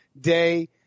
day